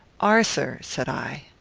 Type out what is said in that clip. arthur, said i,